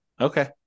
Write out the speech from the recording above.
Okay